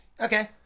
Okay